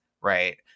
Right